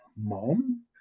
Mom